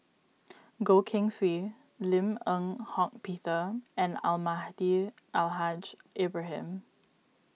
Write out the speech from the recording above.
Goh Keng Swee Lim Eng Hock Peter and Almahdi Al Haj Ibrahim